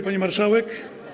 Pani Marszałek!